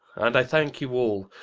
and i thank you all.